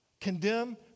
condemn